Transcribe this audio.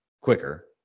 quicker